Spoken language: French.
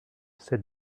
sept